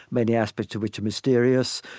many aspects of which are mysterious.